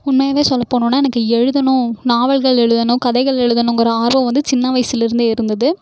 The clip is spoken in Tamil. உண்மையாவே சொல்ல போனோம்னால் எனக்கு எழுதணும் நாவல்கள் எழுதணும் கதைகள் எழுதணுங்கிற ஆர்வம் வந்து சின்ன வயசிலருந்தே இருந்தது